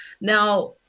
now